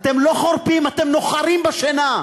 אתם לא חורפים, אתם נוחרים בשינה.